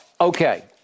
okay